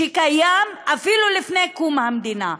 שקיים אפילו מלפני קום המדינה.